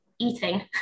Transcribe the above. eating